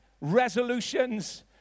resolutions